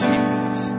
Jesus